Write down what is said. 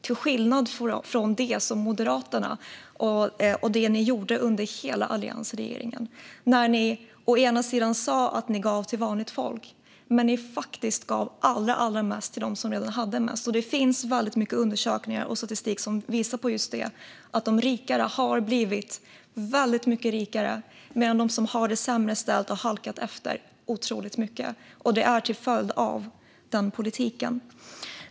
Det skiljer sig från det som Moderaterna gjorde under alliansregeringens hela tid, Fredrik Schulte. Ni sa att ni gav till vanligt folk men gav faktiskt allra mest till dem som redan hade mest. Det finns väldigt många undersökningar och mycket statistik som visar just att de rikare har blivit väldigt mycket rikare medan de som har det sämre ställt har halkat efter otroligt mycket. Och det är till följd av den politiken.